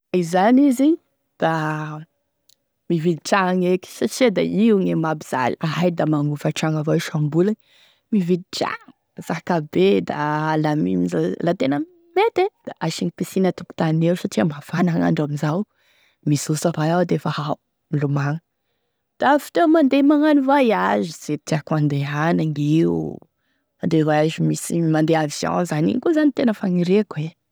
Izany izy da mividy tragno eky, satria da io gne mampizaly, aia da magnofa tragno avao isam-bolagny, mividy tragno zakabe da alamino, la tena mety e da asiagny piscine atokontany eo satria mafana gn'andro amin'izao, mizoso avao iaho defa aomilomagno, da avy teo magnano voyage, ze tiako handehanagny io, handeha voayage misy, mandeha avion zany igny koa zany tena fagniriako e.